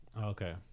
okay